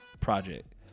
project